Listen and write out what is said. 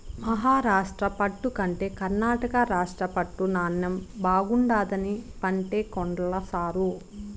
మహారాష్ట్ర పట్టు కంటే కర్ణాటక రాష్ట్ర పట్టు నాణ్ణెం బాగుండాదని పంటే కొన్ల సారూ